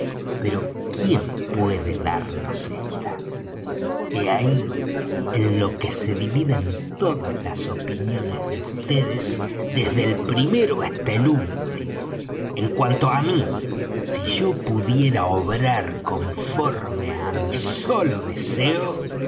pero quién puede darnos esta he ahí en lo que se dividen todas las opiniones de vds desde el primero hasta el último en cuanto á mí si yo pudiera obrar conforme á mi solo deseo